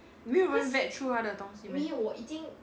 没有人 vet through 她的东西 meh